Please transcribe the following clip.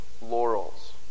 laurels